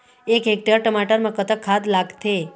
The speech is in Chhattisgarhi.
एक हेक्टेयर टमाटर म कतक खाद लागथे?